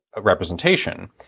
representation